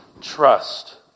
Trust